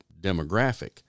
demographic